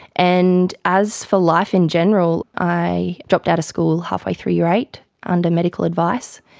and as for life in general, i dropped out of school halfway through year eight under medical advice,